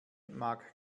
mag